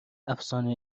افسانه